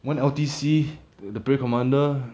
one L_T_C the parade commander